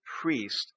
priest